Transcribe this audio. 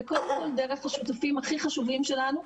זה קודם כל דרך השיתופים הכי חשובים שלנו,